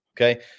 Okay